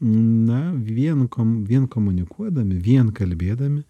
na vien kom vien komunikuodami vien kalbėdami